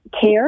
care